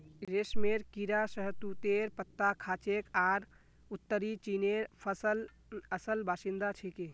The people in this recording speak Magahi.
रेशमेर कीड़ा शहतूतेर पत्ता खाछेक आर उत्तरी चीनेर असल बाशिंदा छिके